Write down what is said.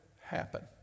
happen